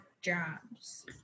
jobs